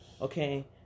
Okay